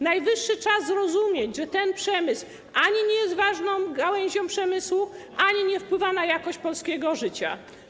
Najwyższy czas zrozumieć, że ten przemysł ani nie jest ważną gałęzią przemysłu, ani nie wpływa na jakość polskiego życia.